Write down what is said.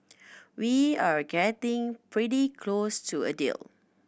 we're getting pretty close to a deal